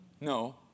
No